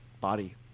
body